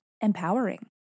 empowering